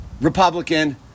Republican